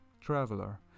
traveler